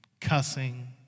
cussing